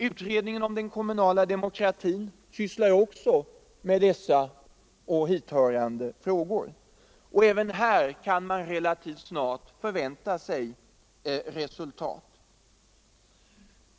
Utredningen om den kommunala demokratin sysslar också med dessa och hithörande frågor. Även här kan man snart förvänta sig resultat.